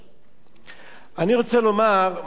אני רוצה לומר מדוע החוק הזה,